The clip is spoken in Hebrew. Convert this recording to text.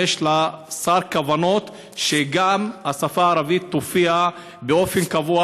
האם יש לשר כוונות שגם השפה הערבית תופיע באופן קבוע